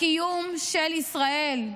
הקיום של ישראל,